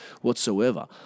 whatsoever